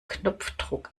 knopfdruck